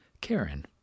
Karen